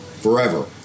Forever